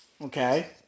Okay